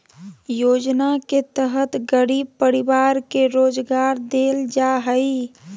योजना के तहत गरीब परिवार के रोजगार देल जा हइ